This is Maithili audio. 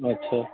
अच्छा